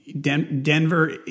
Denver